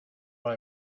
they